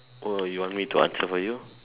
oh you want me to answer for you